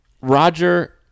Roger